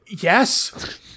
Yes